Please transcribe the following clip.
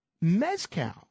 Mezcal